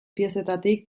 piezetatik